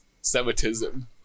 semitism